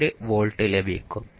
97 volt ലഭിക്കും